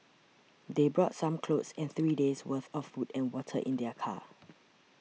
they brought some clothes and three days' worth of food and water in their car